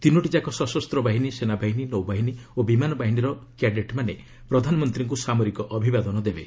ତିନୋଟିଯାକ ସଶସ୍ତ ବାହିନୀ ସେନାବାହିନୀ ନୌବାହିନୀ ଓ ବିମାନ ବାହିନୀର କ୍ୟାଡେଟ୍ମାନେ ପ୍ରଧାନମନ୍ତ୍ରୀଙ୍କୁ ସାମରିକ ଅଭିବାଦନ ଦେବେ